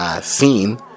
scene